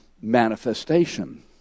manifestation